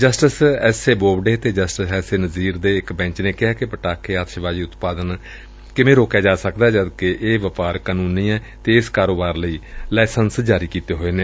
justice S A Bobde ਅਤੇ justice S A Nazeer ਦੇ ਇਕ ਬੈਂਚ ਨੇ ਕਿਹੈ ਕਿ ਪਟਾਕੇ ਅਤਿਸ਼ਬਾਜ਼ੀ ਉਤਪਾਦਨ ਕਿਵੇਂ ਰੋਕਿਆਂ ਜਾ ਸਕਦੈ ਜਦਕਿ ਇਹ ਵਪਾਰ ਕਾਨੂੰਨੀ ਏ ਅਤੇ ਇਸ ਕਾਰੋਬਾਰ ਲਈ ਲਾਇਸੈਂਸ ਜਾਰੀ ਕੀਤੇ ਹੋਏ ਨੇ